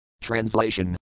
Translation